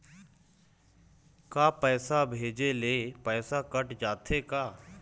का पैसा भेजे ले पैसा कट जाथे का?